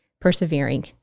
persevering